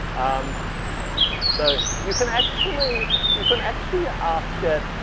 um so, you can actually you can actually ah ask ah,